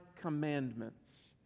commandments